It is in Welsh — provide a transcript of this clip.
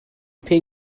hoffi